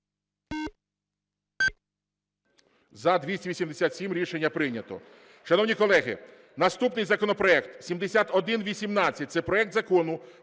За-287 Рішення прийнято.